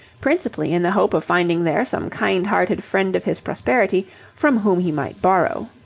principally in the hope of finding there some kind-hearted friend of his prosperity from whom he might borrow.